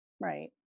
right